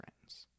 friends